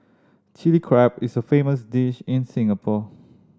Chilli Crab is a famous dish in Singapore